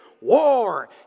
war